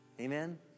Amen